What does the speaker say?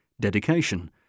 dedication